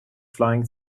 flying